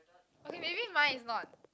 okay maybe my is not